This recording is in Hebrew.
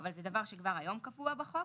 אבל זה דבר שכבר היום קבוע בחוק